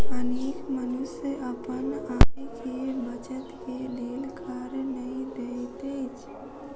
अनेक मनुष्य अपन आय के बचत के लेल कर नै दैत अछि